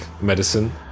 medicine